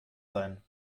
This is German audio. sein